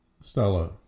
Stella